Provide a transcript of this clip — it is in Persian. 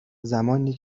زمانی